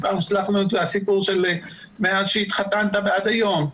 הסיפור של מאז שהתחתנת עד היום.